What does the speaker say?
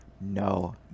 no